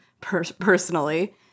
personally